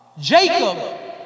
Jacob